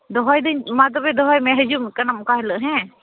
ᱫᱚᱦᱚᱭᱮᱫᱟᱹᱧ ᱢᱟ ᱛᱚᱵᱮ ᱫᱚᱦᱚᱭᱢᱮ ᱦᱤᱡᱩᱜ ᱠᱟᱱᱟᱢ ᱚᱠᱟ ᱦᱤᱞᱳᱜ ᱦᱮᱸ